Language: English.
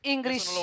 English